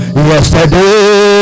Yesterday